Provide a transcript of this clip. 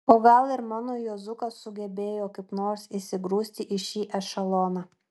o gal ir mano juozukas sugebėjo kaip nors įsigrūsti į šį ešeloną